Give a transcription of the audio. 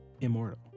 Immortal